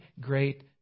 great